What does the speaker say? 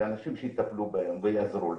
לאנשים שיטפלו בהם ויעזרו להם.